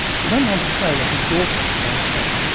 he went on to say that his daughter, by ten,